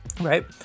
right